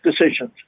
decisions